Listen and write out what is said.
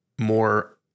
more